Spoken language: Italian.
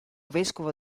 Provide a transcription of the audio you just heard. vescovo